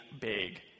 big